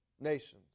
nations